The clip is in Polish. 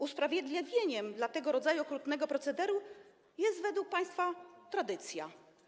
Usprawiedliwieniem dla tego rodzaju procederu jest według państwa tradycja.